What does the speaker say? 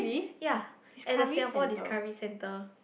ya at the Singapore Discovery center